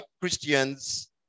Christians